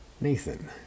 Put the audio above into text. Nathan